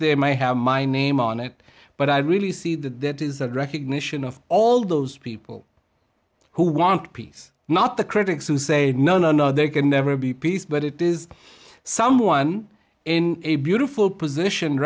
there may have my name on it but i really see that that is a recognition of all those people who want peace not the critics who say no no no there can never be peace but it is someone in a beautiful position